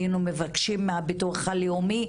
היינו מבקשים מהביטוח הלאומי,